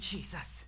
Jesus